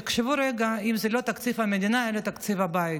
תחשבו רגע שזה לא תקציב המדינה אלא תקציב הבית: